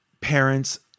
parents